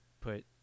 put